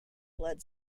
blood